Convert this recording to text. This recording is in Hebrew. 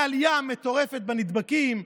מהעלייה המטורפת בנדבקים?